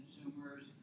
consumers